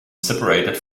separated